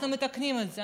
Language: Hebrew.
אנחנו מתקנים את זה.